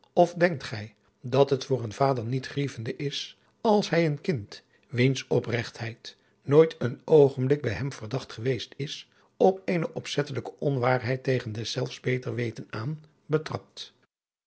of denkt gij dat het voor een vader niet grievende is als hij een kind wiens opregtheid nooit een oogenblik bij hem verdacht geweest is op eene opzettelijke onwaarheid tegen deszelfs beter weten aan betrapt